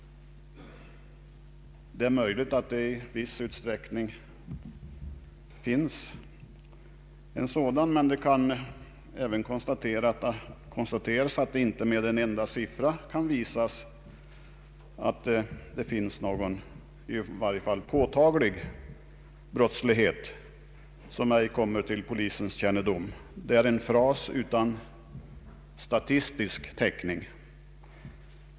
Det är möjligt att det i viss utsträckning finns en sådan, men det kan även konstateras att det inte med en enda siffra kan visas att det förekommer någon i varje fall påtaglig brottslighet som ej kommer till polisens kännedom. Detta är en fras utan statistisk täckning.